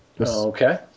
Okay